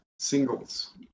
Singles